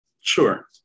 Sure